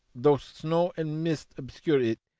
though snow and mist obscure it,